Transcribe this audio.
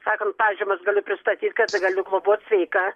sakant pažymas galiu pristatyt kad galiu globoti sveika